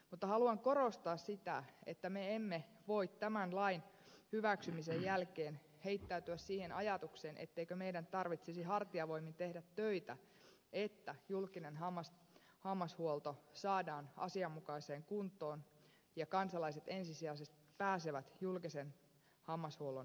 mutta haluan korostaa sitä että me emme voi tämän lain hyväksymisen jälkeen heittäytyä siihen ajatukseen etteikö meidän tarvitsisi hartiavoimin tehdä töitä että julkinen hammashuolto saadaan asianmukaiseen kuntoon ja kansalaiset ensisijaisesti pääsevät julkisen hammashuollon piiriin